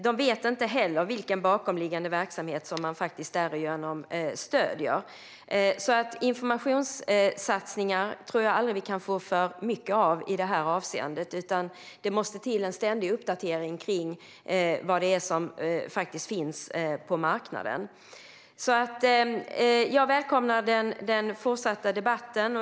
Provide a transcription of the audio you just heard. De vet heller inte vilken bakomliggande verksamhet som de därigenom stöder. Informationssatsningar tror jag aldrig vi kan få för mycket av i detta avseende. Det måste till en ständig uppdatering om vad som faktiskt finns på marknaden. Jag välkomnar den fortsatta debatten.